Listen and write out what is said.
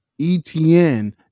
ETN